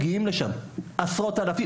כשמגיעים לשם עשרות אלפי אנשים.